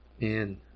man